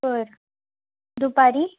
बर दुपारी